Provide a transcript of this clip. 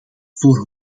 voor